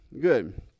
good